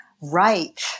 right